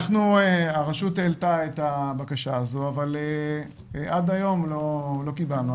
הרשות העלתה את הבקשה הזו אבל עד היום לא קיבלנו.